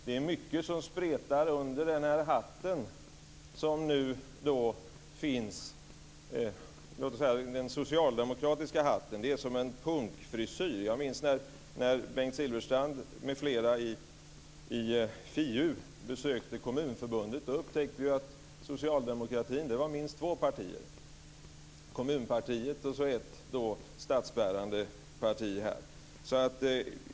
Det är mycket som spretar under den socialdemokratiska hatten. Det är som en punkfrisyr. Jag minns när Bengt Silfverstrand m.fl. i finansutskottet besökte Kommunförbundet. Då upptäckte vi att socialdemokratin bestod av minst två partier: kommunpartiet och ett statsbärande parti. Fru talman!